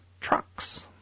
trucks